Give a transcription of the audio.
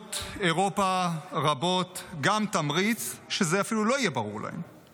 למדינות רבות באירופה גם תמריץ שזה אפילו לא יהיה ברור להם,